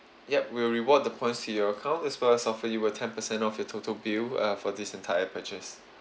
ya we'll reward the points to your account as well as offer you a ten percent off your total bill uh for this entire purchase